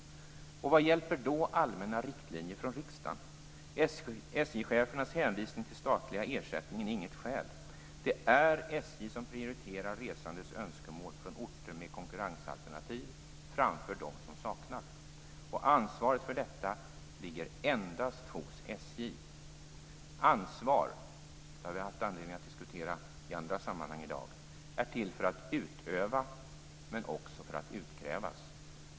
Vad hjälper då allmänna riktlinjer från riksdagen? SJ-chefernas hänvisning till den statliga ersättningen är inget skäl. Det är SJ som prioriterar resandes önskemål från orter med konkurrensalternativ framför dem som saknar det. Ansvaret för detta ligger endast hos SJ. Ansvar - det har vi haft anledning att diskutera i andra sammanhang i dag - är till för att utövas, men också för att utkrävas.